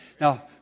Now